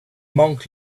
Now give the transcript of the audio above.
monk